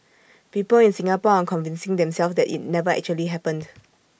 people in Singapore are convincing themselves that IT never actually happened